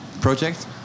project